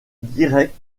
direct